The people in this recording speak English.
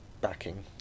backing